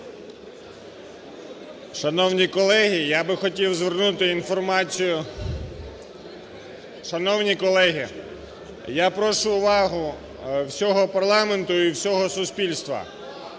Шановні колеги, я би хотів звернути інформацію… Шановні колеги, я прошу увагу всього парламенту і всього суспільства,